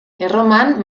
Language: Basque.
erroman